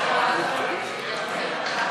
רשומה.